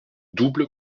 double